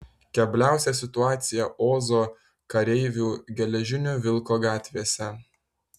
kebliausia situacija ozo kareivių geležinio vilko gatvėse